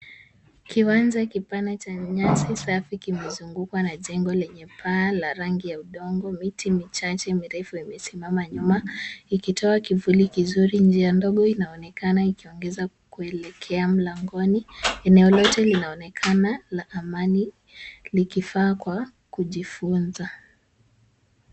Kiwanja kipana cha nyasi safi kimezungukwa na jengo lenye paa la rangi ya udongo, miti michache mirefu imesimama nyuma ikitoa kivuli kizuri. Njia ndogo inaonekana ikiongeza kuelekea mlangoni. Eneo lote linaonekana la amani likifaa kwa kujifunza.